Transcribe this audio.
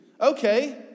Okay